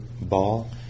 ball